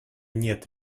нет